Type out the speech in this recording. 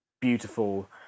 beautiful